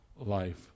life